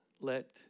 let